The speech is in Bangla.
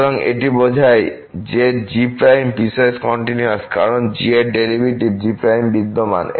সুতরাং এটি বোঝায় যে g পিসওয়াইস কন্টিনিউয়াস কারণ g এর ডেরিভেটিভ g বিদ্যমান